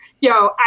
Yo